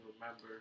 remember